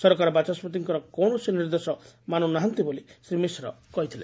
ସରକାର ବାଚସ୍ୱତିଙ୍କର କୌଶସି ନିର୍ଦ୍ଦେଶ ମାନୁ ନାହାନ୍ତି ବୋଲି ଶ୍ରୀ ମିଶ୍ର ଅଭିଯୋଗ କରିଥିଲେ